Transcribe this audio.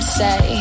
say